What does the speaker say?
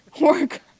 Work